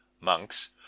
monks